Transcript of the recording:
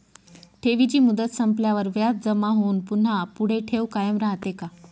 ठेवीची मुदत संपल्यावर व्याज जमा होऊन पुन्हा पुढे ठेव कायम राहते का?